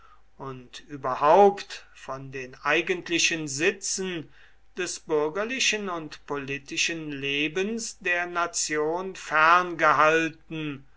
und überhaupt von den eigentlichen sitzen des bürgerlichen und politischen lebens der nation ferngehalten